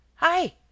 Hi